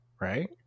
right